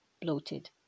bloated